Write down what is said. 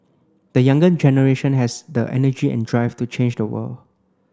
the younger generation has the energy and drive to change the world